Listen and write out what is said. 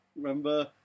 remember